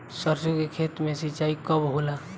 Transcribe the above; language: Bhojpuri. सरसों के खेत मे सिंचाई कब होला?